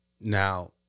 Now